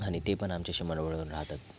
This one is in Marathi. आणि ते पण आमच्याशी मन मिळवून राहतात